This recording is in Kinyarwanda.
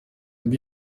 mbi